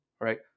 Right